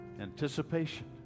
anticipation